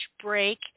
break